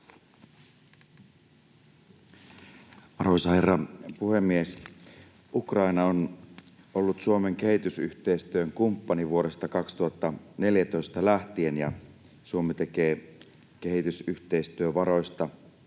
Arvoisa herra puhemies! Ukraina on ollut Suomen kehitysyhteistyön kumppani vuodesta 2014 lähtien, ja Suomi tukee kehitysyhteistyövaroista